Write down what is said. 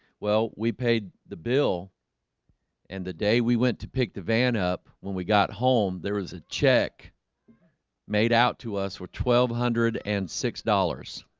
well, we paid the bill and the day we went to pick the van up when we got home. there was a check made out to us were twelve hundred and six dollars